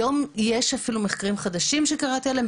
היום יש אפילו מחקרים חדשים שקראתי עליהם,